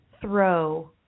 throw